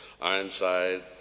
Ironside